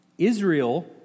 Israel